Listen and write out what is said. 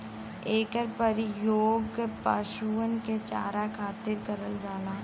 एकर परियोग पशुअन के चारा खातिर करल जाला